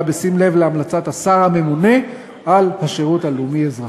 בשים לב להמלצת השר הממונה על השירות הלאומי אזרחי.